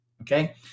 Okay